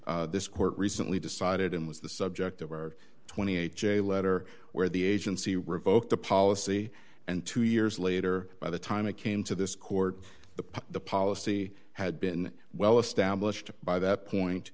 which this court recently decided in was the subject there were twenty eight j letter where the agency revoked the policy and two years later by the time it came to this court the the policy had been well established by that point